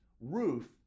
Ruth